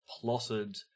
plotted